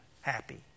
happy